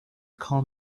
call